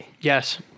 Yes